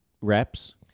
Reps